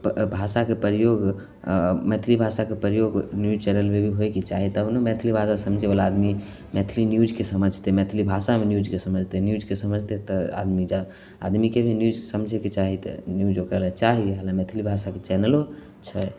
ब भाषाके प्रयोग मैथिली भाषाके प्रयोग न्यूज चैनलमे भी होइके चाही तब ने मैथिली भाषा समझैवला आदमी मैथिली न्यूजके समझतै मैथिली भाषामे न्यूजके समझतै न्यूजके समझतै तऽ आदमी जा आदमीके भी न्यूज समझैके चाही तऽ न्यूज ओकरालए चाही इएहले मैथिली भाषाके चैनलो छै